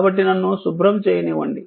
కాబట్టి నన్ను శుభ్రం చేయనివ్వండి